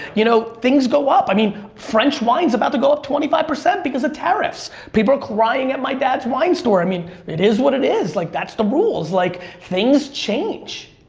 you know, things go up. i mean, french wine's about to go up twenty five percent because of tarriffs! people are crying at my dad's wine store. i mean it is what it is, like that's the rules, like things change.